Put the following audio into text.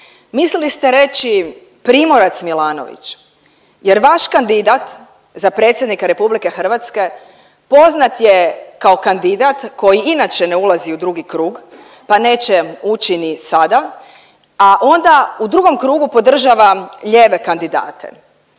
Mislili ste reći Primorac-Milanović jer vaš kandidat za predsjednika Republike Hrvatske poznat je kao kandidat koji inače ne ulazi u drugi krug pa neće ući ni sada, a onda u drugom krugu podržava lijeve kandidate.